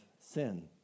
sin